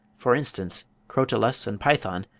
for instance crotalus and python,